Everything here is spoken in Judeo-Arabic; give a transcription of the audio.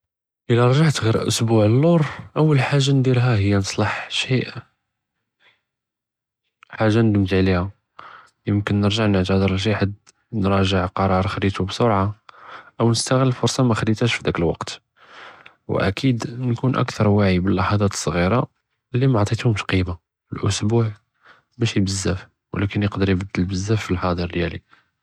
אִילַא רְגַ׳עְתְ עְ׳יר אסְבּוּע לְלוּר אַוַּל חַאגַ'ה נְדִירְהַא، היא נְצַלַּח שִי, חַאגַ'ה נְדִמְת עְלִיהַא، יִמְכֶּן נְרְגַּע נְעְתַדֶר לִשִי חַד، נְרַאגַע קְרַאר חְדִיתו בִּסֻרְעַה، אוּ נְסְתַעְ׳ל פֻרְצַה מַא חְדִיתְיהַאש פְדַּאק לְוַקְת، וְאַקִּיד נְכוּן אַכְּתַר וְעִיַה בִּלְחַטַ׳את צְ׳׳עִירַה לִמַעְטִיתְהֻםְש קִימַה، אסְבּוּע משִי בְּזַאף، וּלַכִּן יְקְדֶּר יְבַּדֶּל בְּזַאף פַלְחַאדְ'ר דִיַאלִי.